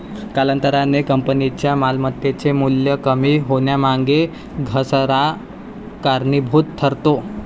कालांतराने कंपनीच्या मालमत्तेचे मूल्य कमी होण्यामागे घसारा कारणीभूत ठरतो